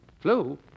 Flu